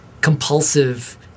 compulsive